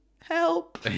Help